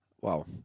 Wow